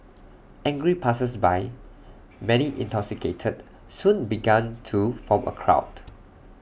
angry passersby many intoxicated soon began to form A crowd